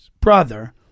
brother